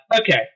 Okay